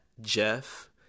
jeff